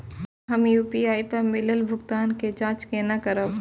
हम यू.पी.आई पर मिलल भुगतान के जाँच केना करब?